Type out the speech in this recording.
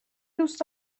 دوست